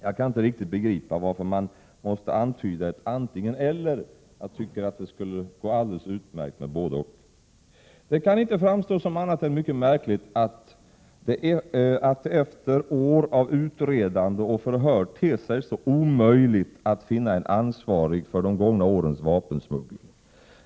Jag kan inte riktigt begripa varför man måste antyda ett antingen-eller. Jag tycker att det skulle gå alldeles utmärkt med både-och. Det kan inte framstå som annat än mycket märkligt att det efter år av utredande och förhör ter sig så omöjligt att finna en ansvarig för de gångna årens vapensmuggling.